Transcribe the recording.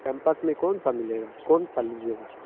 campus में कौनसा मिलेगा कौनसा लीजिएगा